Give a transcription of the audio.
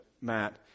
Matt